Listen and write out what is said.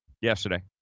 yesterday